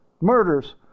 murders